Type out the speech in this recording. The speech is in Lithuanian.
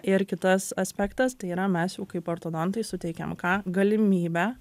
ir kitas aspektas tai yra mes jau kaip ortodontai suteikiam ką galimybę